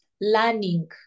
learning